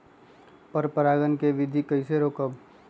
पर परागण केबिधी कईसे रोकब?